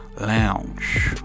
lounge